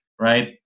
right